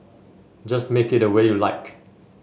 just make it the way you like